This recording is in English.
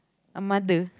a mother